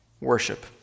worship